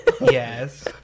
Yes